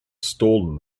stolen